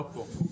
לא פה.